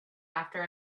after